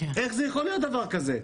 איך יכול להיות דבר כזה?